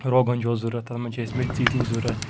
روغَن جوش ضروٗرَت تَتھ منٛز چھِ اَسہِ میٚتھۍ ژیٚٹِنۍ ضروٗرَت